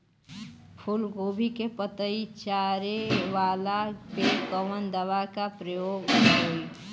फूलगोभी के पतई चारे वाला पे कवन दवा के प्रयोग होई?